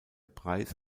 preis